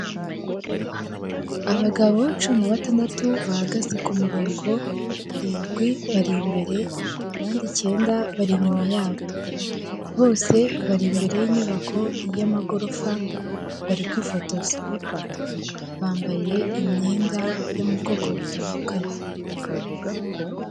Abagabo cumi na batandatu, bahagaze ku murongo, barindwi bari imbere, abandi icyenda bari inyuma yabo. Bose bari imbere y'inyubako y'amagorofa, bari kwifotoza. Bambaye imyenda yo mu bwoko butandukanye.